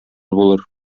булыр